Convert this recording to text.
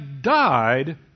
died